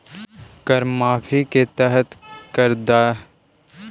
कर माफी के तहत कर जमा करवावित समय करदाता के सूट देल जाऽ हई